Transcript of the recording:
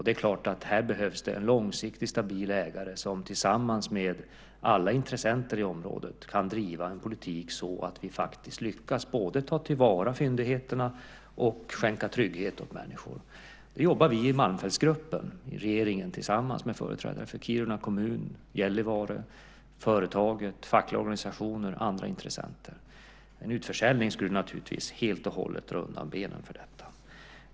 Det är klart att det behövs en långsiktig, stabil ägare som tillsammans med alla intressenter i området kan driva en politik så att vi lyckas både att ta till vara fyndigheterna och att skänka trygghet åt människor. Det jobbar vi i Malmfältsgruppen med - det är regeringen tillsammans med företrädare för Kiruna kommun, Gällivare, företaget, fackliga organisationer och andra intressenter. En utförsäljning skulle naturligtvis helt och hållet slå undan benen för detta.